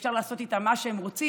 ואפשר לעשות איתם מה שרוצים,